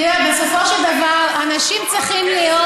תראה, בסופו של דבר אנשים צריכים להיות,